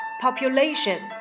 population